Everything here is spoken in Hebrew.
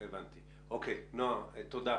תודה.